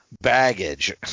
baggage